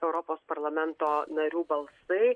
europos parlamento narių balsai